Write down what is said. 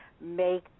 make